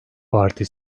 parti